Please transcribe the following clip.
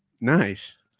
Nice